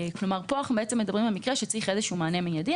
אנחנו מדברים על מקרה שצריך בו מענה מיידי.